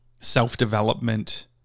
self-development